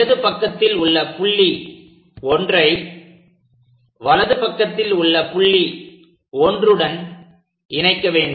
இடது பக்கத்தில் உள்ள புள்ளி 1ஐ வலது பக்கத்தில் உள்ள புள்ளி 1 உடன் இணைக்க வேண்டும்